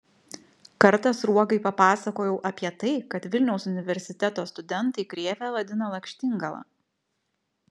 kartą sruogai papasakojau apie tai kad vilniaus universiteto studentai krėvę vadina lakštingala